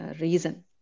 reason